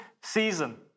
season